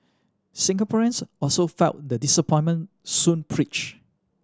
Singaporeans also felt the disappointment Soon preached